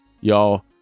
y'all